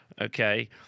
okay